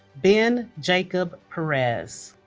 ben jacob perez